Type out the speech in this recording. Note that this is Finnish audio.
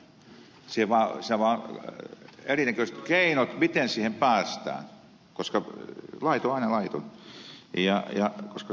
on vain erinäköiset keinot miten siihen päästään koska laiton on aina laiton